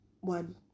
one